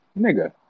nigga